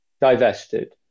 divested